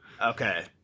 Okay